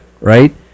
right